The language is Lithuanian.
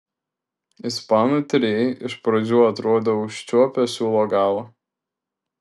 ispanų tyrėjai iš pradžių atrodė užčiuopę siūlo galą